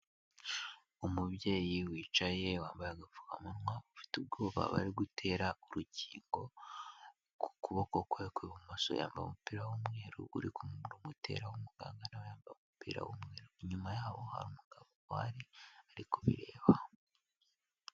Umubyeyi wicaye wambaye agapfuka amunwa, ufite ubwoba bari gutera urukingo ku kuboko kwe kw'ibumoso. Yambaye umupira w'umweru uri kurumutera w'umuganga nawe yambaye umupira w'umweru inyuma yaho hari umugabo uhari ari kubireba.